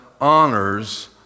honors